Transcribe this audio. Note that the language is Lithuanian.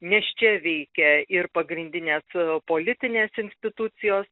nes čia veikė ir pagrindinės politinės institucijos